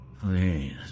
Please